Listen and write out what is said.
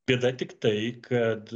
bėda tik tai kad